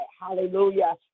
Hallelujah